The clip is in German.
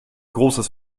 großes